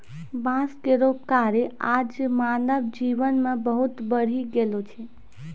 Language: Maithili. बांस केरो कार्य आज मानव जीवन मे बहुत बढ़ी गेलो छै